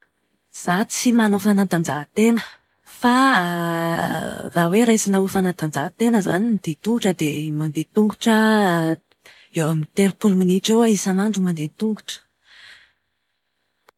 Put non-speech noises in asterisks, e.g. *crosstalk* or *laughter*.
Izaho tsy manao fanatanjahantena fa *hesitation* raha hoe raisina ho fanatanjahantena izany ny dia an-tongotra dia mandeha tongotra aho *hesitation* eo amin'ny telopolo minitra eo aho isanandro mandeha an-tongotra.